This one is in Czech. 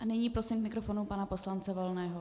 A nyní prosím k mikrofonu pana poslance Volného.